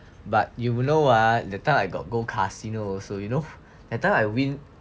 but you will know that time I got go casino also you know that time I win